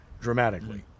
dramatically